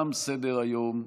תם סדר-היום.